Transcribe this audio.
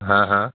ہاں ہاں